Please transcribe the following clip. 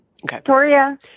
Victoria